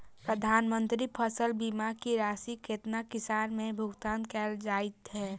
प्रधानमंत्री फसल बीमा की राशि केतना किसान केँ भुगतान केल जाइत है?